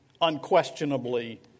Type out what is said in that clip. unquestionably